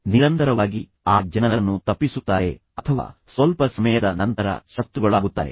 ಅವರು ನಿರಂತರವಾಗಿ ಆ ಜನರನ್ನು ತಪ್ಪಿಸುತ್ತಾರೆ ಅಥವಾ ಸ್ವಲ್ಪ ಸಮಯದ ನಂತರ ಶತ್ರುಗಳಾಗುತ್ತಾರೆ